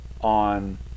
on